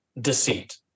deceit